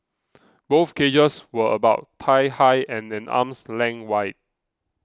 both cages were about thigh high and an arm's length wide